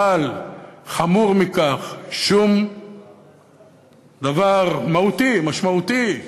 אבל חמור מכך, שום דבר מהותי, משמעותי,